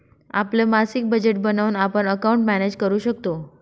आपलं मासिक बजेट बनवून आपण अकाउंट मॅनेज करू शकतो